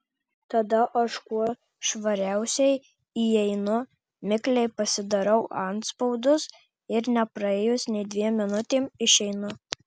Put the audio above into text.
tada aš kuo švariausiai įeinu mikliai pasidarau atspaudus ir nepraėjus nė dviem minutėms išeinu